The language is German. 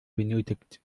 benötigt